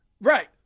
Right